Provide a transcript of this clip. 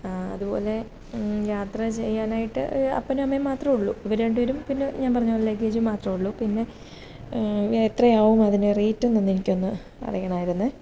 അതുപോലെ യാത്ര ചെയ്യാനായിട്ട് അപ്പനും അമ്മയും മാത്രമേ ഉള്ളു ഇവര് രണ്ട് പേരും പിന്ന ഞാൻ പറഞ്ഞപോല ലഗേജൂം മാത്രമേ ഉള്ളു പിന്നെ എത്രയാവും അതിൻ്റെ റേയ്റ്റൊന്നെനിക്കൊന്ന് അറിയണമായിരുന്നെ